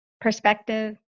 perspective